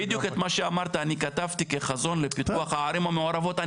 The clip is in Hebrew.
בדיוק את מה שאמרת אני כתבתי כחזון לפיתוח הערים המעורבות.